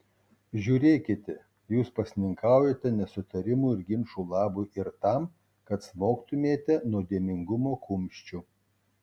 žiūrėkite jūs pasninkaujate nesutarimų ir ginčų labui ir tam kad smogtumėte nuodėmingumo kumščiu